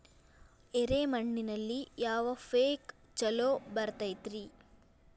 ಎರೆ ಮಣ್ಣಿನಲ್ಲಿ ಯಾವ ಪೇಕ್ ಛಲೋ ಬರತೈತ್ರಿ?